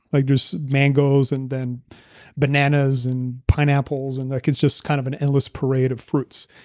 like there's mangoes and then bananas and pineapples. and like, it's just kind of an endless parade of fruits.